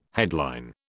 Headline